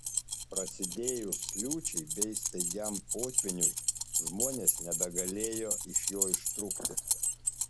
prasidėjus liūčiai bei staigiam potvyniui žmonės nebegalėjo iš jo ištrūkti